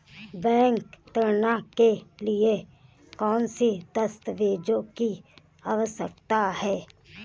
Bank ऋण के लिए कौन से दस्तावेजों की आवश्यकता है?